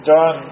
John